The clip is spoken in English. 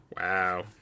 Wow